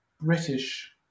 British